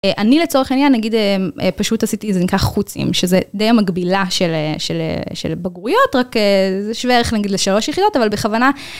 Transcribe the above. אני לצורך עניין, נגיד פשוט עשיתי, זה נקרא חו"צים, שזה די מגבילה של בגרויות, רק זה שווה ערך נגיד לשלוש יחידות, אבל בכוונה...